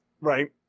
right